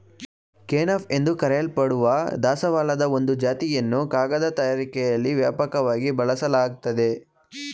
kenaf ಎಂದು ಕರೆಯಲ್ಪಡುವ ದಾಸವಾಳದ ಒಂದು ಜಾತಿಯನ್ನು ಕಾಗದ ತಯಾರಿಕೆಲಿ ವ್ಯಾಪಕವಾಗಿ ಬಳಸಲಾಗ್ತದೆ